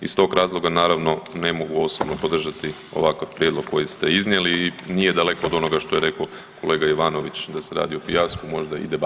Iz tog razloga naravno ne mogu osobno podržati ovakav prijedlog koji ste iznijeli i nije daleko od onoga što je rekao kolega Jovanović da se radi o fijasku, možda i debaklu.